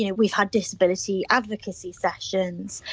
you know we've had disability advocacy sessions,